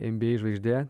nba žvaigždė